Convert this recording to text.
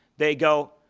they go,